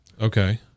Okay